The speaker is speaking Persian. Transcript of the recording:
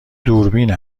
دوربین